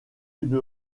une